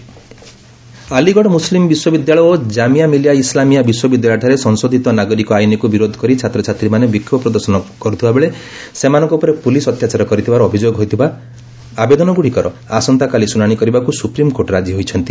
SC Jamia police action Aligarh Muslim ବିଶ୍ୱବିଦ୍ୟାଳୟ ଓ ଜାମିଆ ମିଲିଆ ଇସ୍ଲାମିଆ ବିଶ୍ୱବିଦ୍ୟାଳୟଠାରେ ସଂଶୋଧିତ ନାଗରିକ ଆଇନକୁ ବିରୋଧ କରି ଛାତ୍ରଛାତ୍ରୀମାନେ ବିକ୍ଷୋଭ ପ୍ରଦର୍ଶନ କରୁଥିବା ବେଳେ ସେମାନଙ୍କ ଉପରେ ପୋଲିସ୍ ଅତ୍ୟାଚାର କରିଥିବାର ଅଭିଯୋଗ ହୋଇ କରାଯାଇଥିବା ଆବେଦନଗୁଡ଼ିକର ଆସନ୍ତାକାଲି ଶୁଣାଣି କରିବାକୁ ସୁପ୍ରିମକୋର୍ଟ ରାଜି ହୋଇଛନ୍ତି